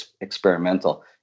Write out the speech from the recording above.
experimental